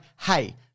hey